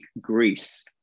Greece